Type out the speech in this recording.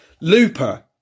Looper